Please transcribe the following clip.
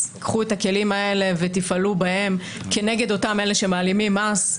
קחו את הכלים האלה ותפעלו בהם כנגד אלה שמעלימים מס,